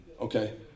Okay